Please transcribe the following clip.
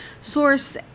source